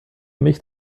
mich